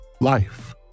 life